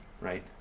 Right